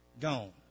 gone